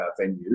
venues